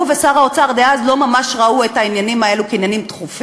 הוא ושר האוצר דאז לא ממש ראו את העניינים האלה כדחופים.